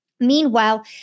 Meanwhile